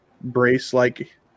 brace-like